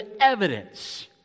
evidence